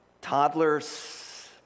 toddlers